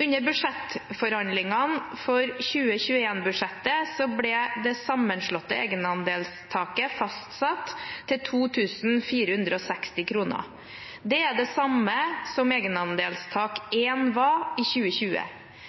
Under budsjettforhandlingene for 2021-budsjettet ble det sammenslåtte egenandelstaket fastsatt til 2 460 kr. Det er det samme som egenandelstak